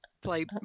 play